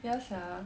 ya sia